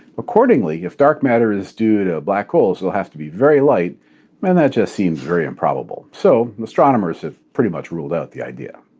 accordingly, if dark matter is due to black holes, they'll have to be very light and that just seems very improbable. so and astronomers have pretty much ruled out the idea.